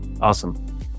Awesome